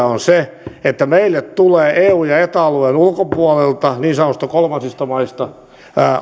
on se että meille tulee eu ja eta alueen ulkopuolelta niin sanotuista kolmansista maista